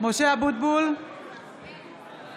(קוראת בשמות חברי הכנסת)